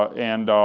and